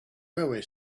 railway